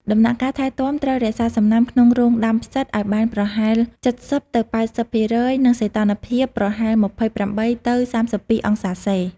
ដំណាក់កាលថែទាំត្រូវរក្សាសំណើមក្នុងរោងដាំផ្សិតឲ្យបានប្រហែល ៧០ទៅ៨០% និងសីតុណ្ហភាពប្រហែល ២៨ទៅ៣២ អង្សាសេ។